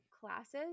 classes